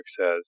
says